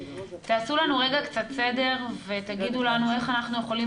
תעשו לנו רגע קצת סדר ותגידו לנו איך אנחנו יכולים